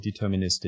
deterministic